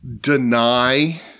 deny